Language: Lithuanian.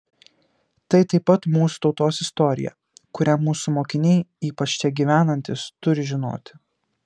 tai taip pat mūsų tautos istorija kurią mūsų mokiniai ypač čia gyvenantys turi žinoti